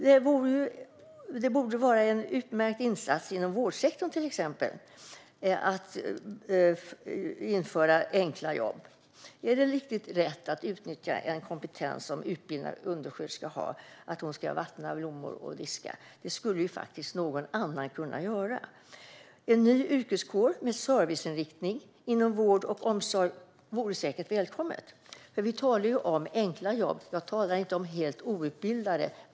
Det skulle inom till exempel vårdsektorn vara en utmärkt insats att införa enkla jobb. Är det riktigt rätt att utnyttja en utbildad undersköterskas kompetens på så sätt att hon ska vattna blommor och diska? Det skulle faktiskt någon annan kunna göra. En ny yrkeskår inriktad på service inom vård och omsorg vore säkert välkommen. Vi talar om enkla jobb - inte om jobb för helt outbildade.